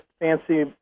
fancy